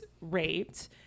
raped